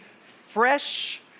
fresh